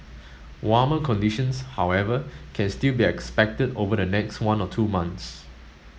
warmer conditions however can still be expected over the next one or two months